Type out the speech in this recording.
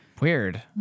weird